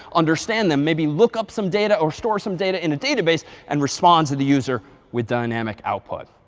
understand them, maybe look up some data or store some data in a database, and respond to the user with dynamic output.